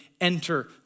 enter